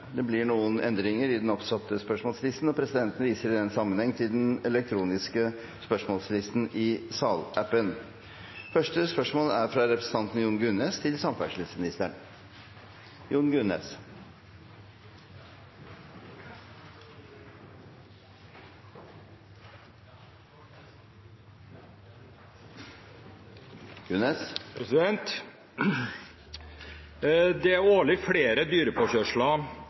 Det blir noen endringer i den oppsatte spørsmålslisten, og presidenten viser i den sammenheng til den elektroniske spørsmålslisten i salappen. De foreslåtte endringene i dagens spørretime foreslås godkjent. – Det anses vedtatt. Endringene var som følger: Spørsmål 2, fra representanten Ole André Myhrvold til